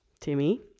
Timmy